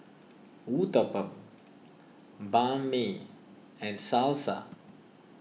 Uthapam Banh Mi and Salsa